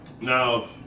now